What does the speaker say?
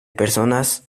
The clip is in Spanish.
personas